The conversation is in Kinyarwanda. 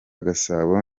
gasabo